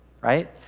Right